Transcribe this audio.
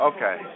Okay